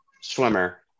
swimmer